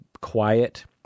quiet